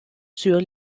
sur